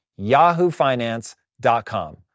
yahoofinance.com